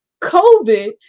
COVID